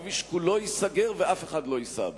הכביש כולו ייסגר ואף אחד לא ייסע בו?